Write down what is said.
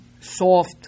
soft